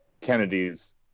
Kennedy's